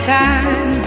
time